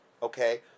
okay